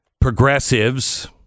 Progressives